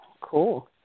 Cool